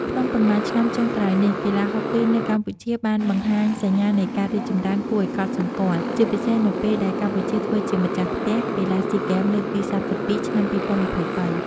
ក្នុងប៉ុន្មានឆ្នាំចុងក្រោយនេះ កីឡាហុកគីនៅកម្ពុជាបានបង្ហាញសញ្ញានៃការរីកចម្រើនគួរឲ្យកត់សម្គាល់ ជាពិសេសនៅពេលដែលកម្ពុជាធ្វើជាម្ចាស់ផ្ទះ កីឡាស៊ីហ្គេមលើកទី៣២ ឆ្នាំ២០២៣។